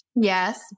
Yes